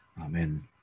Amen